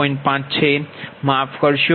5 છે માફ કરશો